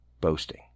boasting